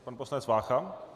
Pan poslanec Vácha?